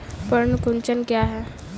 पर्ण कुंचन क्या है?